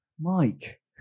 Mike